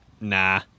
nah